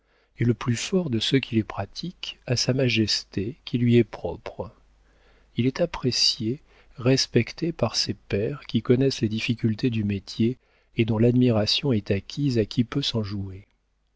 et le plus fort de ceux qui les pratiquent a sa majesté qui lui est propre il est apprécié respecté par ses pairs qui connaissent les difficultés du métier et dont l'admiration est acquise à qui peut s'en jouer